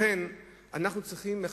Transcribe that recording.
לכן אנחנו צריכים,